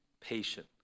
patient